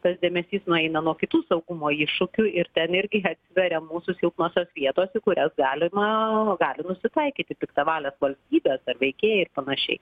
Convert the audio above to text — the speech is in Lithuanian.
tas dėmesys nueina nuo kitų saugumo iššūkių ir ten irgi atsiveria mūsų silpnosios vietos į kurias galima gali nusitaikyti piktavalės valstybės ar veikėjai ir panašiai